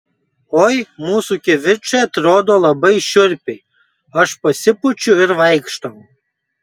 oi mūsų kivirčai atrodo labai šiurpiai aš pasipučiu ir vaikštau